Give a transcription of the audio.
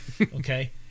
Okay